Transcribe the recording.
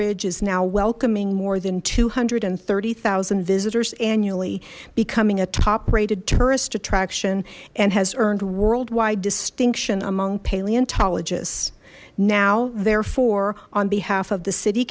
ridge is now welcoming more than two hundred and thirty zero visitors annually becoming a top rated tourist attraction and has earned worldwide distinction among paleontologists now therefore on behalf of the city